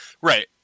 Right